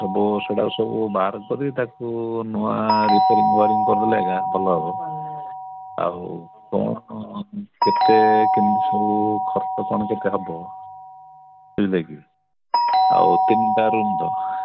ସବୁ ସେଟାକ ସବୁ ବାହାର କରି ତାକୁ ନୂଆ ରିପ୍ୟାରିଂ ୱାୟାରିଙ୍ଗ କରିଦେଲେ ଆକା ଭଲ ହବ ଆଉ କ'ଣ କେତେ କେମିତି ସବୁ ଖର୍ଚ୍ଚ କ'ଣ କେତେ ହବ ଆଉ ତିନିଟା ରୁମ୍ ତ